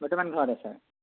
বৰ্তমান ঘৰতে ছাৰ